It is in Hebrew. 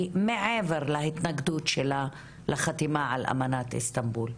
מעבר להתנגדות שלה לחתימה על אמנת איסטנבול.